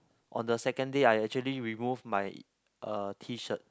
on the second day I actually remove my uh T-shirt